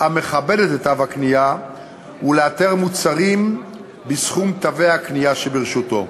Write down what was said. המכבדת את תו הקנייה ולאתר מוצרים בסכום תווי הקנייה שברשותו.